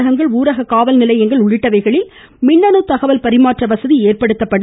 அனைத்து அங்கன்வாடி உளரக காவல்நிலையங்கள் உள்ளிட்டவைகளில் மின்னு தகவல் பரிமாற்ற வசதி ஏற்படுத்தப்படும்